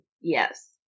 yes